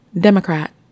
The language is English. Democrat